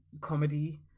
comedy